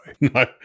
No